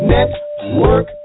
Network